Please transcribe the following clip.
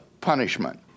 punishment